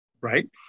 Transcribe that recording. right